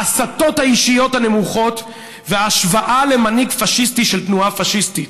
ההסתות האישיות הנמוכות וההשוואה למנהיג פאשיסטי של תנועה פאשיסטית.